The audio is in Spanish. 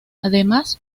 además